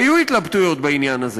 היו התלבטויות בעניין הזה